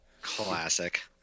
Classic